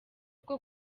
bwo